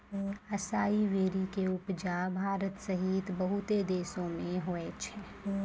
असाई वेरी के उपजा भारत सहित बहुते देशो मे होय छै